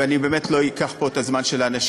ואני באמת לא אקח פה את הזמן של האנשים,